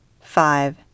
five